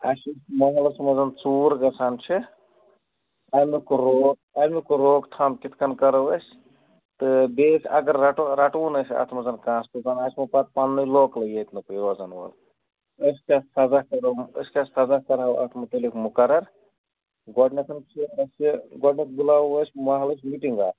اَسہِ چھِ محلس منٛز ژوٗر گَژھان چھِ اَمیُک روک اَمیُک روک تھام کِتھٕ کٔنۍ کَرو أسۍ تہٕ بیٚیہِ أسۍ اگر رَٹہٕ رَٹہٕ ہوٗن أسۍ اَتھ منٛز کانٛہہ سُہ زن آسوٕ پتہٕ پنٕنُے لوکلُے ییٚتہِ کُے روزن وول أسۍ کیٛاہ سَزا کَرو أسۍ کیٛاہ سَزا کرو اَتھ متعلق مُقرر گۄڈنٮ۪تھ چھِ اَسہِ گۄڈنٮ۪تھ بُلاوو أسۍ مٔحلٕچ میٖٹِنٛگ اَکھ